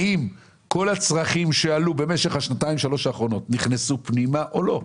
האם כל הצרכים שעלו במשך השנתיים-שלוש האחרונות נכנסו פנימה או לא.